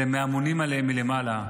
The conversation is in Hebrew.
אלא מהממונים עליהם למעלה,